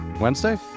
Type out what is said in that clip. Wednesday